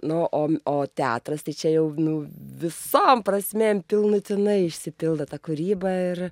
nu o o teatras tai čia jau nu visom prasmėm pilnutinai išsipildo ta kūryba ir